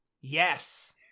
yes